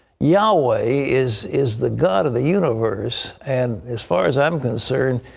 yahweh is is the god of the universe, and as far as i'm concerned,